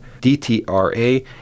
DTRA